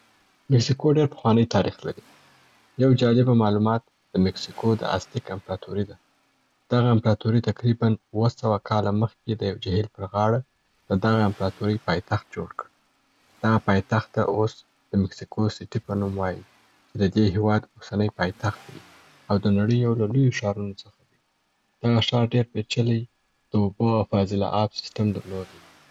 میکسیکو ډير پخوانی تاریخ لري. یو جالبه معلومات د مکسیکو د ازتیک امپاراتوري ده. دغه امپراتورۍ تقریباً اووه سوه کاله مخکي د یو جهیل پر غاړه د دغه امپراطورۍ پایتخت جوړ کړ. دغه پایتخت ته اوس د میکسیکو سیټي په نوم وایي چې د دې هیواد اوسنۍ پایتخت دی او د نړۍ یو له لویو ښارونو څخه. دغه ښار ډېر پیچلي د اوبو او فاضله آب سیسټم درلودی.